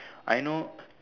I know